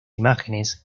imágenes